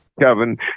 kevin